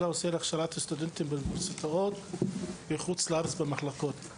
האוסר הכשרת סטודנטים באוניברסיטאות בחו"ל במחלקות.